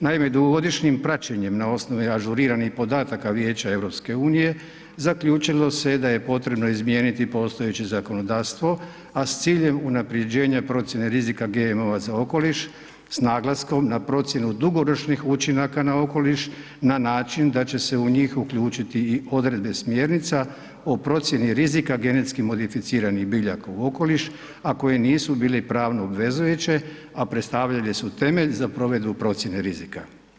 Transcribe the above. Naime, dugogodišnjim praćenjem na osnovi ažuriranih podataka Vijeća EU zaključilo se da je potrebno izmijeniti postojeće zakonodavstvo, a s ciljem unapređenja procjene rizika GMO-a za okoliš s naglaskom na procjenu dugoročnih učinaka na okoliš na način da će se u njih uključiti i odredbe smjernica o procjeni rizika genetski modificiranih biljaka u okoliš, a koji nisu bili pravno obvezujuće, a predstavljale su temelj za provedbu procjene rizika.